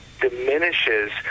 diminishes